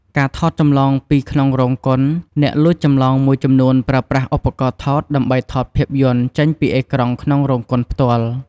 ការថតចម្លងពីក្នុងរោងកុន អ្នកលួចចម្លងមួយចំនួនប្រើប្រាស់ឧបករណ៍ថតដើម្បីថតភាពយន្តចេញពីអេក្រង់ក្នុងរោងកុនផ្ទាល់។